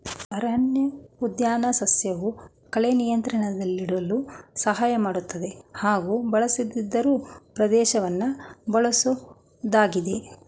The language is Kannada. ಅರಣ್ಯಉದ್ಯಾನ ಸಸ್ಯವು ಕಳೆ ನಿಯಂತ್ರಣದಲ್ಲಿಡಲು ಸಹಾಯ ಮಾಡ್ತದೆ ಹಾಗೂ ಬಳಸದಿರೋ ಪ್ರದೇಶವನ್ನ ಬಳಸೋದಾಗಿದೆ